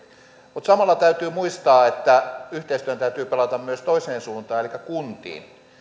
mutta samalla täytyy muistaa että yhteistyön täytyy pelata myös toiseen suuntaan elikkä kuntiin